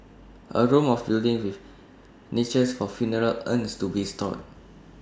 A room or building with niches for funeral urns to be stored